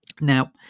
Now